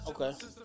Okay